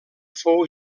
fou